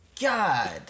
god